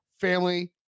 family